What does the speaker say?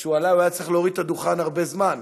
שהוא עלה והיה צריך להוריד את הדוכן הרבה זמן,